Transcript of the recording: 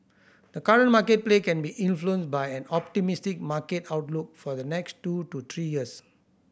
the current market play can be influenced by an optimistic market outlook for the next two to three years